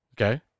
Okay